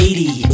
80